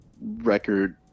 record